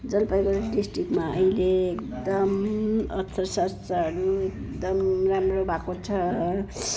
जलपाइगुडी डिस्ट्रिक्टमा अहिले एकदम अर्थशास्त्रहरू एकदम राम्रो भएको छ